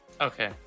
Okay